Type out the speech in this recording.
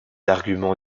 arguments